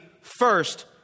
first